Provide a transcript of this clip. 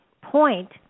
point